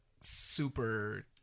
super